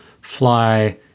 fly